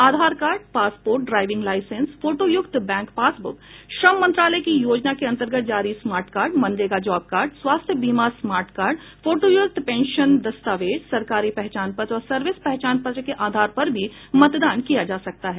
आधार card passport driving licence फोटोयुक्त bank passbook श्रम मंत्रालय की योजना के अंतर्गत जारी smart card MNREGA job card स्वास्थ्य बीमा स्मार्ट कार्ड फोटोयुक्त पेंशन दस्तावेज सरकारी पहचान पत्र और सर्विस पहचान पत्र के आधार पर भी मतदान किया जा सकता है